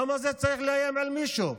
למה זה צריך לאיים על מישהו?